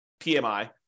PMI